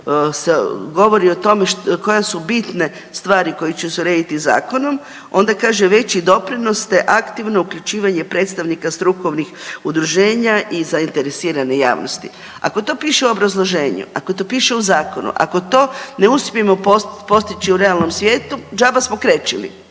koje su bitne stvari koje će se urediti zakonom onda kaže veći doprinos te aktivno uključivanje predstavnika strukovnih udruženja i zainteresirane javnosti. Ako to piše u obrazloženju, ako to piše u zakonu, ako to ne uspijemo postići u realnom svijetu đaba smo krečili.